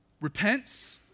repents